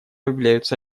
являются